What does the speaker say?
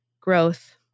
growth